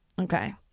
Okay